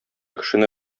кешене